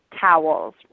towels